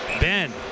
Ben